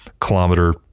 kilometer